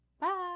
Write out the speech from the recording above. bye